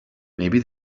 maybe